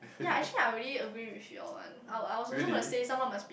ya actually I already agree with you all one I was I was also gonna say someone must be